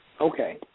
Okay